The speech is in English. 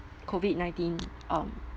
COVID-nineteen um